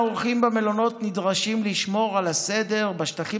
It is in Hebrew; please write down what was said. האורחים במלונות נדרשים לשמור על הסדר בשטחים